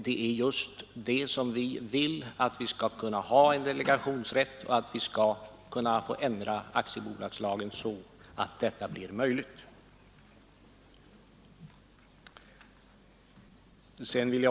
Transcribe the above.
Vi vill just att man skall kunna ha en delegationsrätt och att aktiebolagslagen skall kunna ändras så att detta blir möjligt.